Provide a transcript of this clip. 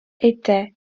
était